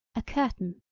a curtain,